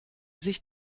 sich